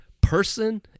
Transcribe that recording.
person